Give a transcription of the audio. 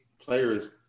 players